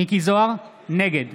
נגד